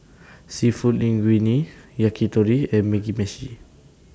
Seafood Linguine Yakitori and Mugi Meshi